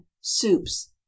Soups